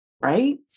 Right